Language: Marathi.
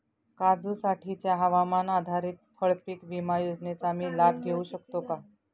काजूसाठीच्या हवामान आधारित फळपीक विमा योजनेचा मी लाभ घेऊ शकतो का?